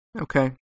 Okay